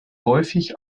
häufig